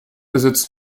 besitzt